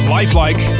Lifelike